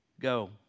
go